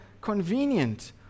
convenient